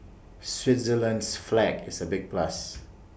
Switzerland's flag is A big plus